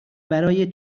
برای